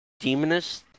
demonist